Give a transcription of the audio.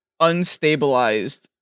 unstabilized